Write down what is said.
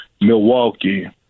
Milwaukee